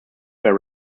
where